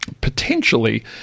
potentially